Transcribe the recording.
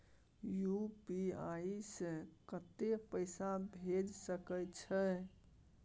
UPI से कत्ते पैसा भेज सके छियै?